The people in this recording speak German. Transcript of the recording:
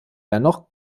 dennoch